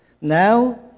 now